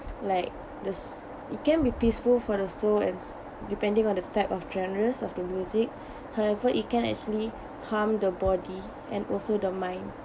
like this it can be peaceful for the soul as depending on the type of genres of the music however it can actually harm the body and also the mind